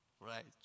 Right